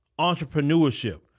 Entrepreneurship